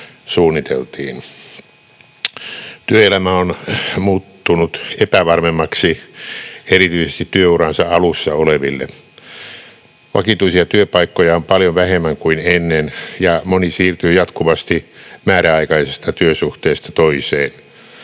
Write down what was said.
Työelämä on muuttunut epävarmemmaksi erityisesti työuransa alussa oleville. Vakituisia työpaikkoja on paljon vähemmän kuin ennen, ja moni siirtyy jatkuvasti määräaikaisesta työsuhteesta toiseen.